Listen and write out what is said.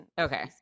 Okay